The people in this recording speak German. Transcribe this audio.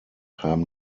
haben